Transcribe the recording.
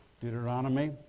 Deuteronomy